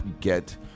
get